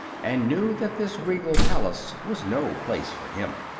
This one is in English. and knew that this regal palace was no place for him.